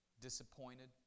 disappointed